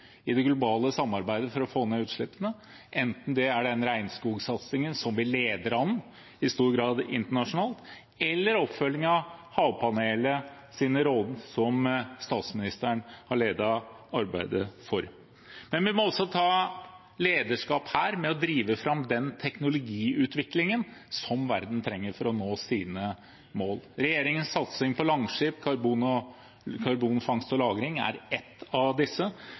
i det globale samarbeidet for å få ned utslippene, enten det er den regnskogsatsingen vi leder an i stor grad internasjonalt, eller oppfølgingen av Havpanelet, hvor statsministeren har ledet arbeidet. Vi må også ta lederskap med å drive fram den teknologiutviklingen verden trenger for å nå sine mål. Regjeringens satsing på karbonfangst og -lagring med Langskip er et av disse.